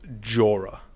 Jorah